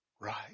Right